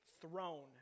throne